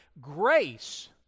grace